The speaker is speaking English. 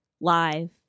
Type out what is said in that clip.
live